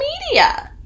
media